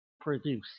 produce